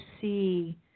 see